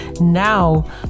Now